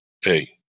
hey